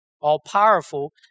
all-powerful